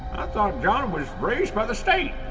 thought was raised by the state!